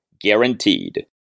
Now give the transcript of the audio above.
guaranteed